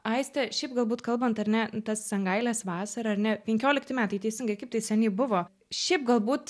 aiste šiaip galbūt kalbant ar ne tas sangailės vasara ar ne penkiolikti metai teisingai kaip tai seniai buvo šiaip galbūt